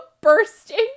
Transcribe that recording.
bursting